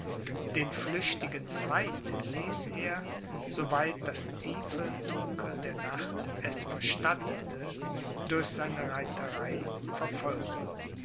den flüchtigen feind ließ er so weit das tiefe dunkel der nacht es verstattete durch seine reiterei verfolgen